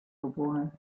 geboren